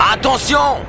Attention